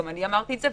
גם אני אמרתי את זה.